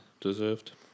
Deserved